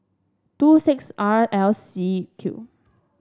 two six R L C Q